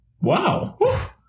Wow